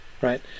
right